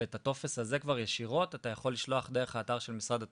ואת הטופס הזה כבר ישירות אתה יכול לשלוח דרך האתר של משרד התחבורה,